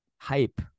hype